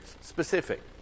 specific